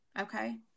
Okay